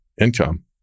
income